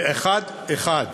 ואחת-אחת,